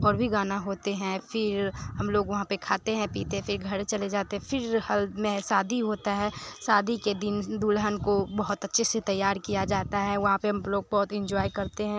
और भी गाने होते हैं फिर हम लोग वहाँ पर खाते हैं पीते फिर घर चले जाते हैं फिर हल में शादी होता है शादी के दिन दुल्हन को बहुत अच्छे से तैयार किया जाता है वहाँ पर हम लोग बहुत इंजॉय करते हैं